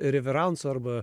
reveranso arba